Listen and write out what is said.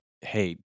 hey